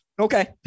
okay